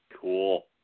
Cool